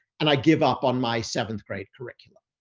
and i give up on my seventh-grade curriculum.